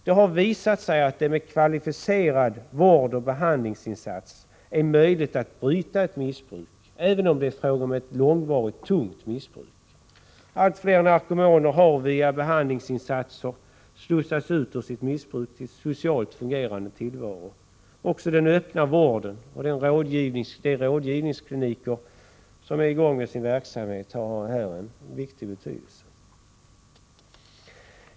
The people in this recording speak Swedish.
Det har visat sig att det med kvalificerade vårdoch behandlingsinsatser är möjligt att bryta ett missbruk, även om det är fråga om ett långvarigt tungt missbruk. Allt fler narkomaner har via behandlingsinsatser slussats ut ur sitt missbruk till en socialt fungerande tillvaro. Också den öppna vården och rådgivningsklinikernas verksamhet har stor betydelse.